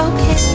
Okay